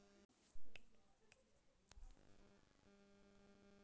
खेती के लिए कौन सा ट्रैक्टर होना चाहिए जो की पहाड़ी क्षेत्रों में कामयाब हो?